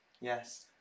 Yes